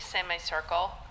semicircle